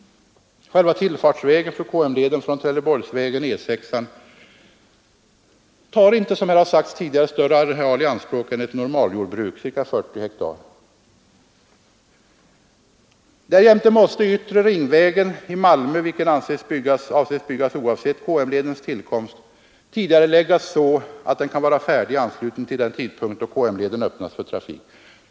Själva tillfartsvägen för KM-leden från Trelleborgsvägen tar inte, som här har sagts tidigare, större areal i anspråk än ett normaljordbruk, ca 40 hektar. Därjämte måste Yttre Ringvägen i Malmö - vilken avses byggas oavsett KM-ledens tillkomst — tidigareläggas så att den kan vara färdig i anslutning till den tidpunkt då KM-leden öppnas för trafik.